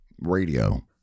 radio